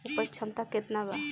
उपज क्षमता केतना वा?